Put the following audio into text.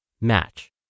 match